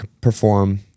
perform